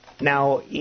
Now